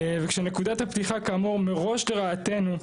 וכשנקודת הפתיחה כאמור מראש לרעתנו,